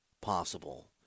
possible